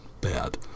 bad